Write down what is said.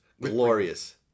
glorious